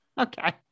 Okay